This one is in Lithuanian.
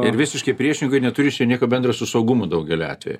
ir visiškai priešingai neturi čia nieko bendro su saugumu daugeliu atvejų